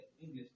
English